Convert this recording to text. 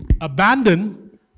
abandon